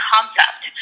Concept